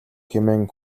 хэмээн